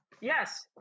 Yes